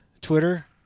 Twitter